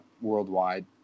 worldwide